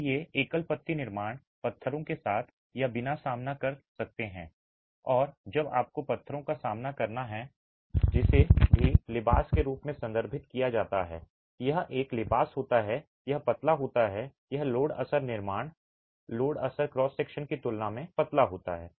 अब ये एकल पत्ती निर्माण पत्थरों के साथ या बिना सामना कर सकते हैं और जब आपको पत्थरों का सामना करना पड़ता है जिसे भी लिबास के रूप में संदर्भित किया जाता है यह एक लिबास होता है यह पतला होता है यह लोड असर निर्माण लोड असर क्रॉस सेक्शन की तुलना में पतला होता है